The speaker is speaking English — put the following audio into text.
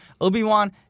Obi-Wan